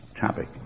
topic